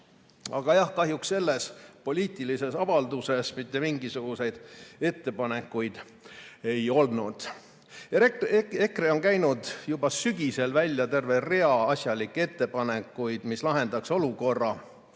Aga jah, kahjuks selles poliitilises avalduses mitte mingisuguseid ettepanekuid ei olnud. EKRE on käinud juba sügisel välja terve rea asjalikke ettepanekuid, mis lahendaks olukorra,